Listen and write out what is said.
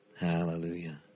Hallelujah